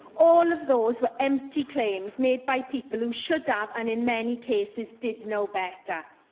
all of those were empty claims made by people who should ah have, and in many cases did know better.